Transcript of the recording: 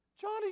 Johnny